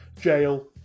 jail